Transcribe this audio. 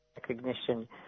recognition